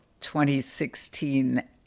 2016